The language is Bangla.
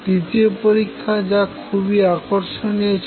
তৃতীয় পরীক্ষা যা খুবই আকর্ষণীয় ছিল